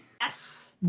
Yes